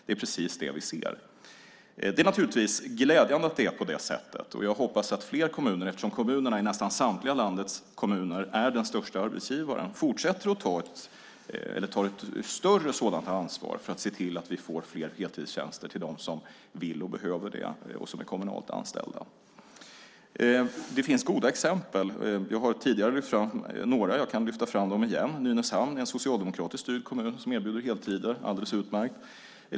Det är naturligtvis glädjande att det är på det sättet. Jag hoppas att fler kommuner följer efter - nästan samtliga landets kommuner är ju den största arbetsgivaren på sin ort - och tar ett större sådant ansvar för att se till att vi får fler heltidstjänster till dem som vill och behöver det och som är kommunalt anställda. Det finns goda exempel. Vi har tidigare lyft fram några, och jag kan lyfta fram dem igen. Nynäshamn är en socialdemokratiskt styrd kommun som erbjuder heltider. Det är alldeles utmärkt.